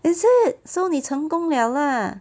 is it so 你成功 liao lah